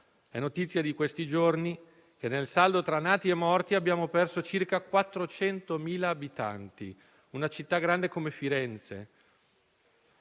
È notizia di questi giorni che, nel saldo tra nati e morti, abbiamo perso circa 400.000 abitanti: una città grande come Firenze.